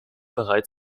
bereit